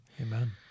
Amen